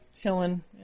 chilling